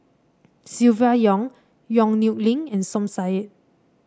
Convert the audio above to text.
Silvia Yong Yong Nyuk Lin and Som Said